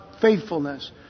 faithfulness